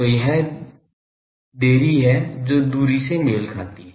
तो यह देरी है जो दूरी से मेल खाती है